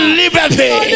liberty